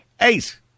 Eight